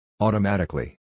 Automatically